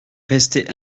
restait